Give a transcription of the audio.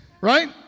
right